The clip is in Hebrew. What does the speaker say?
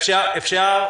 אפשר.